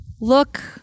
look